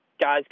guys